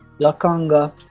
Lakanga